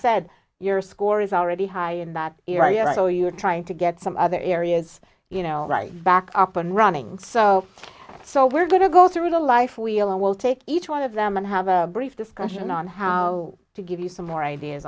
said your score is already high in that area so you're trying to get some other areas you know like back up and running so so we're going to go through the life we'll and we'll take each one of them and have a brief discussion on how to give you some more ideas